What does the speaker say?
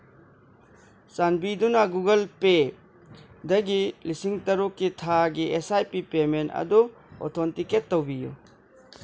ꯆꯥꯟꯕꯤꯗꯨꯅ ꯒꯨꯒꯜ ꯄꯦꯗꯒꯤ ꯂꯤꯁꯤꯡ ꯇꯔꯨꯛꯀꯤ ꯊꯥꯒꯤ ꯑꯦꯁ ꯑꯥꯏ ꯄꯤ ꯄꯦꯃꯦꯟ ꯑꯗꯨ ꯑꯣꯊꯦꯟꯇꯤꯀꯦꯠ ꯇꯧꯕꯤꯌꯨ